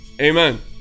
Amen